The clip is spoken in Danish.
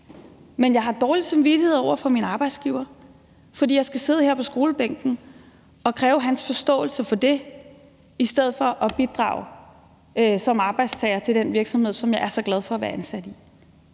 men jeg har dårlig samvittighed over for min arbejdsgiver, fordi jeg skal sidde her på skolebænken og kræve hans forståelse for det i stedet for at bidrage som arbejdstager til den virksomhed, som jeg er så glad for at være ansat i.